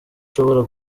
ushobora